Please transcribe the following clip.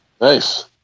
Nice